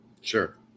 Sure